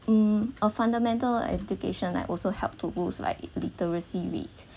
mm a fundamental education like also help to boost like literacy rate